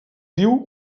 diu